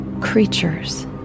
creatures